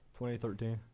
2013